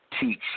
teach